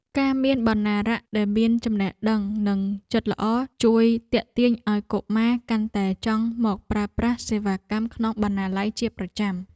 ការមានបណ្ណារក្សដែលមានចំណេះដឹងនិងចិត្តល្អ ជួយទាក់ទាញឱ្យកុមារកាន់តែចង់មកប្រើប្រាស់សេវាកម្មក្នុងបណ្ណាល័យជាប្រចាំ។